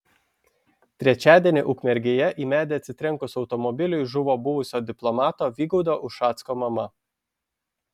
trečiadienį ukmergėje į medį atsitrenkus automobiliui žuvo buvusio diplomato vygaudo ušacko mama